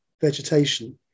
vegetation